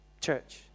church